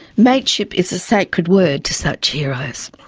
mateship is a sacred word to such heroes.